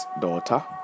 daughter